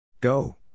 Go